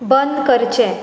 बंद करचें